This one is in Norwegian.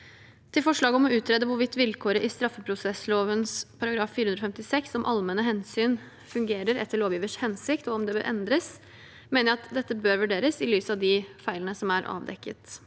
Til forslaget om å utrede hvorvidt vilkåret i straffeprosessloven § 456 om «allmenne hensyn» fungerer etter lovgivers hensikt, og om det bør endres, mener jeg at dette bør vurderes i lys av de feilene som er avdekket.